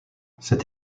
cette